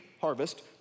harvest